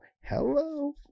Hello